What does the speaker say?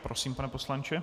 Prosím, pane poslanče.